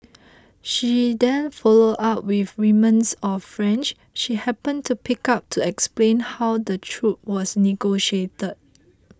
she then followed up with remnants of French she happened to pick up to explain how the truce was negotiated